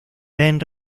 ben